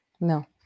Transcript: No